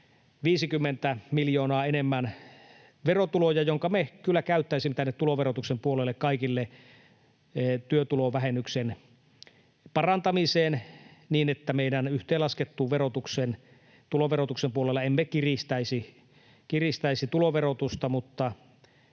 50 miljoonaa enemmän verotuloja, jotka me kyllä käyttäisimme tänne tuloverotuksen puolelle kaikille työtulovähennyksen parantamiseen, niin että me yhteenlaskettuna tuloverotuksen puolella emme kiristäisi tuloverotusta mutta